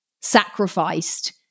sacrificed